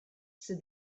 sydd